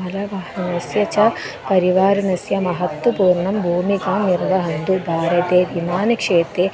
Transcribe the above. मलवहनस्य च परिवारिणस्य महत्त्वपूर्णं भूमिकां निर्दहन्तुं भारते विमानक्षेत्रे